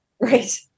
right